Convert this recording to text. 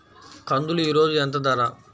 కందులు ఈరోజు ఎంత ధర?